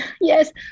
yes